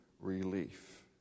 relief